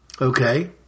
Okay